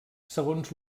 segons